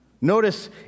Notice